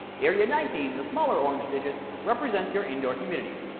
area nineteen the smaller orange digits, represent your indoor humidity.